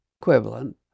equivalent